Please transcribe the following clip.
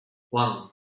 one